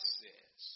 says